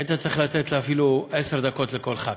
היית צריך לתת אפילו עשר דקות לכל חבר כנסת,